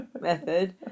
method